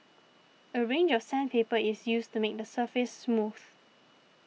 a range of sandpaper is used to make the surface smooth